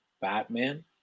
Batman